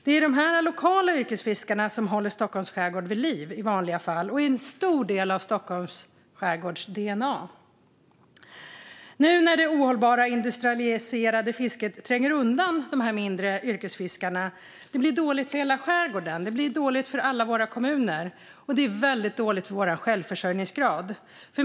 Det är de lokala yrkesfiskarna som i vanliga fall håller Stockholms skärgård vid liv, och de är en stor del av Stockholms skärgårds dna. Att det ohållbara industrialiserade fisket tränger undan mindre yrkesfiskare är dåligt för hela skärgården och dessa kommuner. Det är också dåligt för vår självförsörjningsgrad.